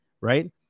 right